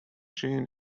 chin